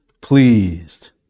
pleased